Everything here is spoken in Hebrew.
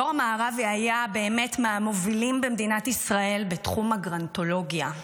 יורם מערבי היה באמת מהמובילים במדינת ישראל בתחום הגרנטולוגיה.